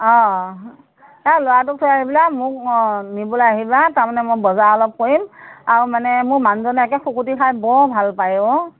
অ এই ল'ৰাটোক থৈ আহি পেলাই মোক অ নিবলৈ আহিবা তাৰমানে মই বজাৰ অলপ কৰিম আৰু মানে মোৰ মানুহজনে একে শুকুতি খাই বৰ ভাল পায় অ